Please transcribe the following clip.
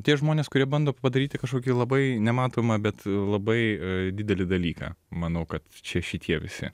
tie žmonės kurie bando padaryti kažkokį labai nematomą bet labai didelį dalyką manau kad čia šitie visi